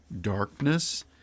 darkness